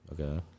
Okay